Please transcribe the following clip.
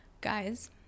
Guys